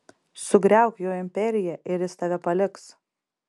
sugriauk jo imperiją ir jis tave paliks